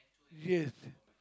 yes